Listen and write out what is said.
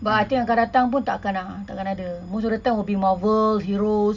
but I think akan datang pun takkan ah takkan ada most of the time will be Marvel heroes